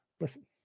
listen